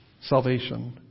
salvation